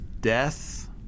death